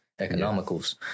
economicals